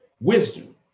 wisdom